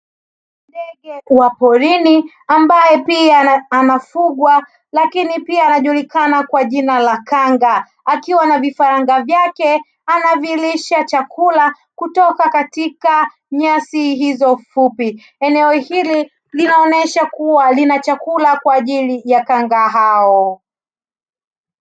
Ndege wa porini ambaye pia anafugwa lakini pia anajulikana kwa jina la kanga, akiwa na vifaranga vyake anavilisha chakula kutoka katika nyasi hizo fupi. Eneo hili linaonyesha kuwa lina chakula kwa ajili ya kanga hao.